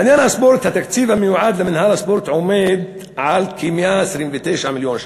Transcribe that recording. בעניין הספורט: התקציב המיועד למינהל הספורט הוא כ-129 מיליון ש"ח.